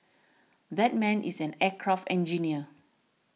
that man is an aircraft engineer